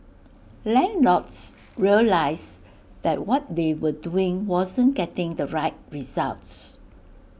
landlords realised that what they were doing wasn't getting the right results